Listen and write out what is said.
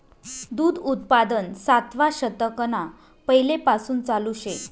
दूध उत्पादन सातवा शतकना पैलेपासून चालू शे